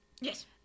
Yes